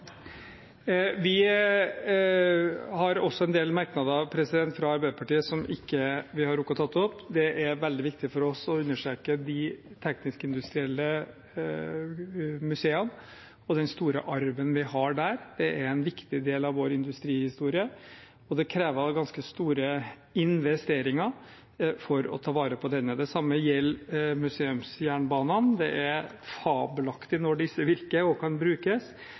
Arbeiderpartiet har også en del merknader vi ikke har rukket å ta opp. Det er veldig viktig for oss å understreke de teknisk-industrielle museene og den store arven vi har der. Det er en viktig del av vår industrihistorie, og det krever ganske store investeringer for å ta vare på denne. Det samme gjelder museumsjernbanene. Det er fabelaktig når disse virker og kan brukes,